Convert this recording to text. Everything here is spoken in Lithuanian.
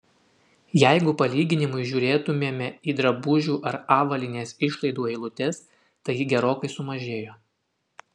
jeigu palyginimui žiūrėtumėme į drabužių ar avalynės išlaidų eilutes tai ji gerokai sumažėjo